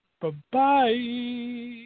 Bye-bye